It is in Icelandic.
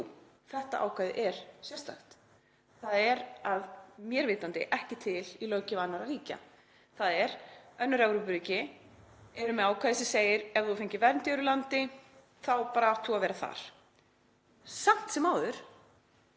þetta ákvæði er sérstakt. Það er að mér vitandi ekki til í löggjöf annarra ríkja, þ.e. önnur Evrópuríki eru með ákvæði sem segir: Ef þú hefur fengið vernd í öðru landi þá bara átt þú að vera þar. Samt sem áður